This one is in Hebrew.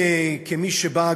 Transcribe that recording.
כמי שבא,